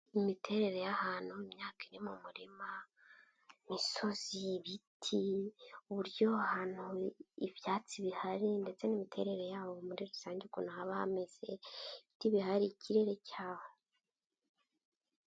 Imiterere y'ahantu imyaka iri mu murima, imisozi, ibiti uburyo ahantu ibyatsi bihari ndetse n'imiterere yaho muri rusange ukuntu haba hameze, ibiti bihari, ikirere cyaho.